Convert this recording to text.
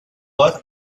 earth